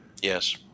Yes